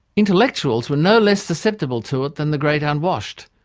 intellectuals were no less susceptible to it than the great unwashed.